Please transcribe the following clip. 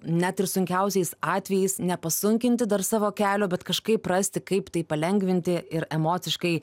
net ir sunkiausiais atvejais nepasunkinti dar savo kelio bet kažkaip rasti kaip tai palengvinti ir emociškai